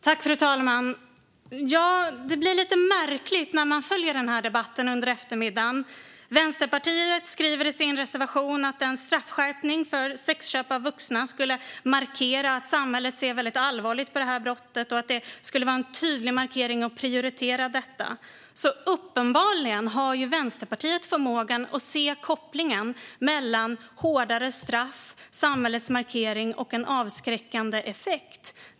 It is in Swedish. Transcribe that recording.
Fru talman! Det blir lite märkligt när man följer denna debatt under eftermiddagen. Vänsterpartiet skriver i sin reservation att en straffskärpning för sexköp av vuxna skulle markera att samhället ser väldigt allvarligt på detta brott och att det skulle vara en tydlig markering att prioritera detta. Vänsterpartiet har alltså uppenbarligen förmågan att se kopplingen mellan hårdare straff, samhällets markering och en avskräckande effekt.